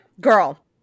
Girl